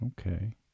Okay